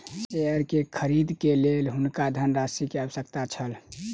share के खरीद के लेल हुनका धनराशि के आवश्यकता छल